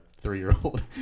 three-year-old